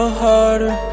harder